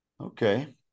Okay